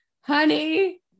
honey